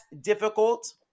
difficult